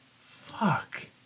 Fuck